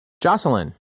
Jocelyn